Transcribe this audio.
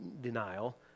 denial